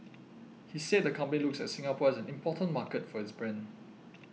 he said the company looks at Singapore as an important market for its brand